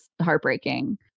heartbreaking